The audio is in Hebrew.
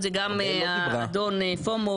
זה עונש,